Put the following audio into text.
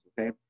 okay